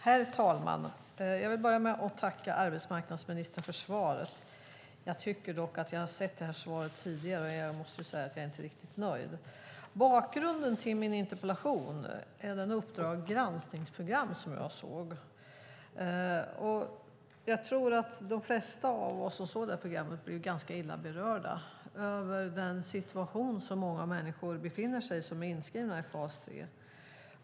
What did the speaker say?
Herr talman! Jag vill börja med att tacka arbetsmarknadsministern för svaret. Jag tycker dock att jag har sett det här svaret tidigare, och jag måste säga att jag inte är riktigt nöjd. Bakgrunden till min interpellation är ett program från Uppdrag granskning som jag såg. Jag tror att de flesta av oss som såg det programmet blev ganska illa berörda över den situation som många människor som är inskrivna i fas 3 befinner sig i.